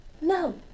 no